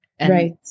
Right